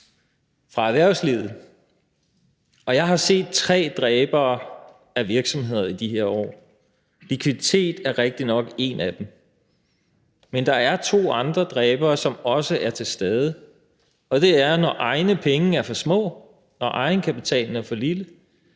fra erhvervslivet, og jeg har set tre dræbere af virksomheder i de her år. Likviditet er rigtignok en af dem, men der er to andre dræbere, som også er til stede, og det er, når egne penge er for små og egenkapitalen er for lille.